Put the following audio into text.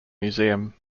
museum